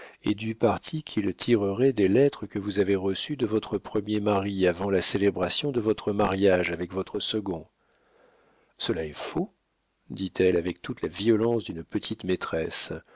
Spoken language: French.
et du parti qu'ils tireraient des lettres que vous avez reçues de votre premier mari avant la célébration de votre mariage avec votre second cela est faux dit-elle avec toute la violence d'une petite-maîtresse